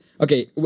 okay